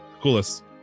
coolest